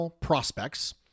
prospects